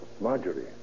Marjorie